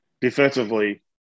defensively